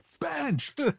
Benched